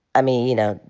i mean, ah